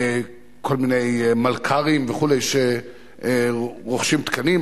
כל מיני מלכ"רים וכו' שרוכשים תקנים,